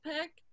pick